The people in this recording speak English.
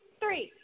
three